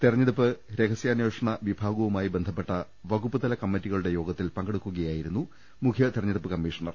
തെരഞ്ഞെടുപ്പ് രഹസ്യാന്ധേഷണ വിഭാ ഗവുമായി ബന്ധപ്പെട്ട വകുപ്പുതല കമ്മിറ്റികളുടെ യോഗത്തിൽ പങ്കെടുക്കു കയായിരുന്നു മുഖ്യ തെരഞ്ഞെടുപ്പ് കമ്മീഷണർ